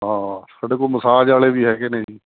ਹਾਂ ਸਾਡੇ ਕੋਲ ਮਸਾਜ ਵਾਲੇ ਵੀ ਹੈਗੇ ਨੇ ਜੀ